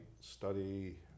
study